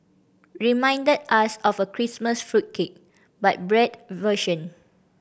reminded us of a Christmas fruit cake but bread version